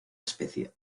especie